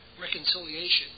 reconciliation